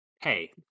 hey